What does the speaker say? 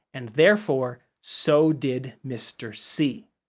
and therefore so did mr. c.